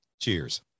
Cheers